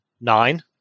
nine